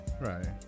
Right